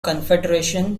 confederation